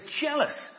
jealous